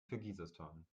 kirgisistan